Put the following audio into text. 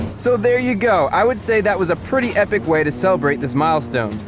so there you go, i would say that was a pretty epic way to celebrate this milestone.